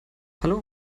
hallo